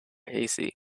hazy